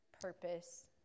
purpose